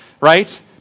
right